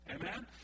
Amen